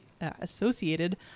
associated